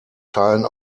teilen